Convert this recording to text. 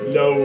no